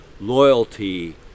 loyalty